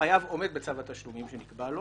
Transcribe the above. החייב עומד בצו התשלומים שנקבע לו